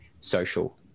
social